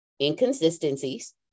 inconsistencies